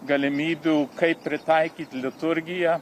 galimybių kaip pritaikyt liturgiją